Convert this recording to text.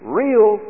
real